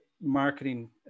marketing